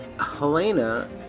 Helena